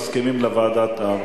מסכימים לוועדה.